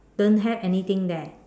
don't have anything there